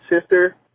sister